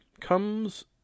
comes